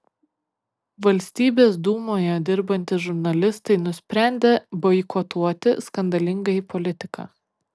valstybės dūmoje dirbantys žurnalistai nusprendė boikotuoti skandalingąjį politiką